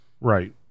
Right